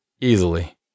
easily